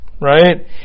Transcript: right